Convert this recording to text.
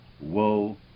woe